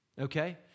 okay